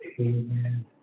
Amen